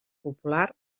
popular